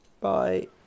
Bye